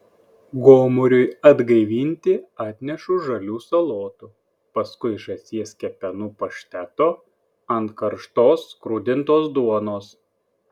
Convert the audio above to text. gomuriui atgaivinti atnešu žalių salotų paskui žąsies kepenų pašteto ant karštos skrudintos duonos